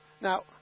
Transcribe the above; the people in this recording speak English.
Now